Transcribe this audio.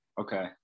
Okay